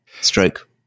Stroke